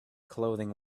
clothing